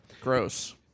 Gross